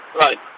Right